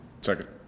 Second